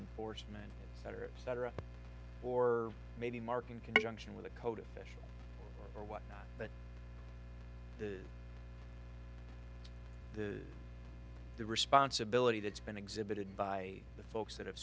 horsemen cetera et cetera or maybe mark in conjunction with a coat of fish or whatnot but the the the responsibility that's been exhibited by the folks that have